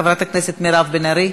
חברת הכנסת מירב בן ארי,